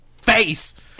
face